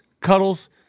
Cuddles